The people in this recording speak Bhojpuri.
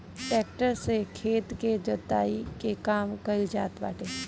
टेक्टर से खेत के जोताई के काम कइल जात बाटे